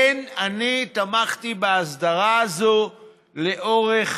כן, אני תמכתי בהסדרה הזאת לאורך